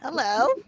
Hello